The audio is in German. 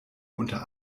unter